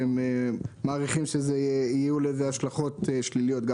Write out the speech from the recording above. הם מעריכים שיהיו לזה השלכות שליליות גם